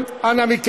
לא, לא.